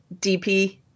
DP